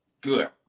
Good